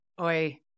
Oi